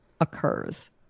occurs